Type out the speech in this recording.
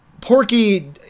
Porky